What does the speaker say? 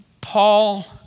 Paul